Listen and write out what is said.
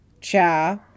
cha